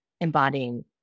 embodying